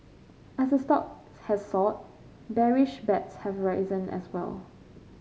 as a stock has soared bearish bets have risen as well